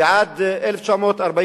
ועד 1948